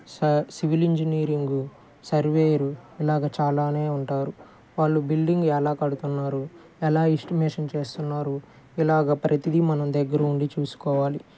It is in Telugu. స సివిల్ ఇంజనీరింగు సర్వేయరు ఇలాగా చాలానే ఉంటారు వాళ్ళు బిల్డింగ్ ఎలా కడుతున్నారు ఎలా ఎస్టిమేషన్ చేస్తున్నారు ఇలాగ ప్రతిదీ మనము దగ్గర ఉండి చూసుకోవాలి